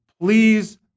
please